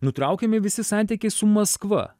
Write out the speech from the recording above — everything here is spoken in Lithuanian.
nutraukiami visi santykiai su maskva